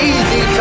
Easy